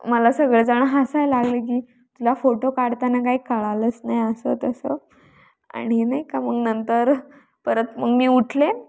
मला सगळेजण हसायला लागले की तुला फोटो काढताना काही कळलंच नाही असं तसं आणि नाही का मग नंतर परत मग मी उठले